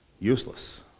useless